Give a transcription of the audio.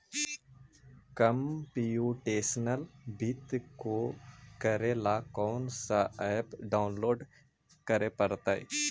computational वित्त को करे ला कौन स ऐप डाउनलोड के परतई